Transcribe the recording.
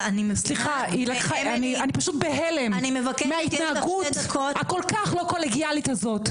אני פשוט בהלם מההתנהגות הכל כך לא קולגיאלית הזאת,